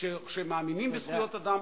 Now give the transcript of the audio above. שמאמינים בזכויות אדם.